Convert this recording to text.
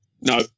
No